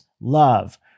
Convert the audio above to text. love